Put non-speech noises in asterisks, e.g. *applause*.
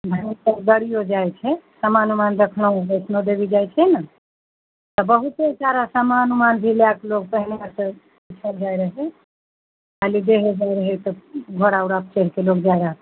बहुत आर गाड़ियो जाइत छै समान ओमान रखलहुँ बैष्णबदेवी जाइत छै ने तऽ बहुते सारा समान ओमान भी लैके लोक *unintelligible* सब जाए रहै खाली देह *unintelligible* रहै तऽ भाड़ा ओरा चढ़ि के लोक जाए रहै